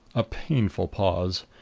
a painful pause.